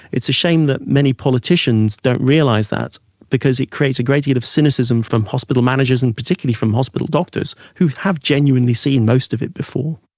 it's a shame that many politicians don't realise that because it creates a great deal of cynicism from hospital managers and particularly from hospital doctors who have genuinely seen most of it before.